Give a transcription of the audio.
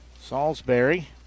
Salisbury